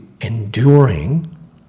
enduring